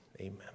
amen